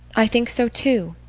i think so, too.